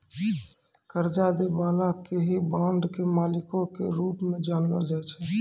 कर्जा दै बाला के ही बांड के मालिको के रूप मे जानलो जाय छै